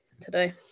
today